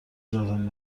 لازم